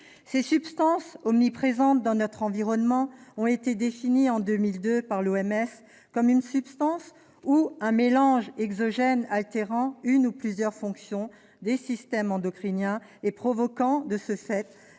Ces substances omniprésentes dans notre environnement ont fait l'objet d'une définition par l'OMS en 2002 :« Une substance ou un mélange exogène altérant une ou plusieurs fonctions du système endocrinien et provoquant de ce fait